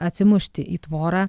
atsimušti į tvorą